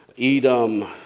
Edom